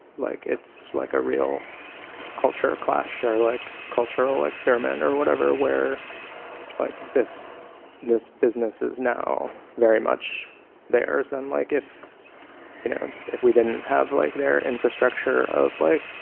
like it's like a real culture clash or like cultural experiment or whatever where like this this business is now very much theirs. and like if you know if we didn't have like their infrastructure of like